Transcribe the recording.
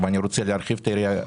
ואני רוצה להרחיב את היריעה.